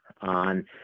on